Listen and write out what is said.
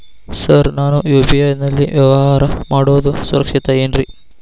Sir ನಾನು UPI ನಲ್ಲಿ ವ್ಯವಹಾರ ಮಾಡೋದು ಸುರಕ್ಷಿತ ಏನ್ರಿ?